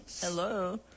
Hello